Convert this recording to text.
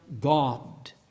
God